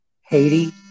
Haiti